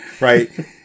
right